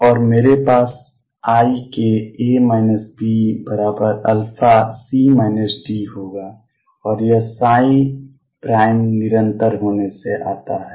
और मेरे पास ikA Bα होगा और यह निरंतर होने से आता है